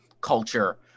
culture